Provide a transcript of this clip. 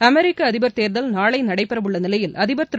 அமெரிக்க அதிபர் தேர்தல் நாளை நடைபெற உள்ள நிலையில் அதிபர் திரு